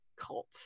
cult